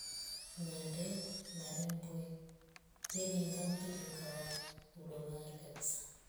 Ngande na rombwe yeninga mvili ukawa udomari kabisa